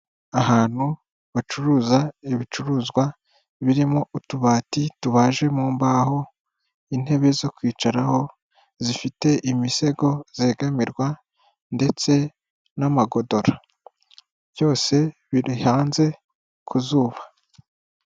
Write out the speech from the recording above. Ahantu bacuruza ibicuruzwa birimo utubati tubaje mu mbaho, intebe zo kwicaraho zifite imisego zegamirwa, ndetse n'amagodora byose biri hanze ku zuba.